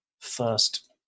first